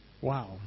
Wow